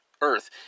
Earth